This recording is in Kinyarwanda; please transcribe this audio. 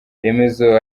remezo